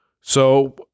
So-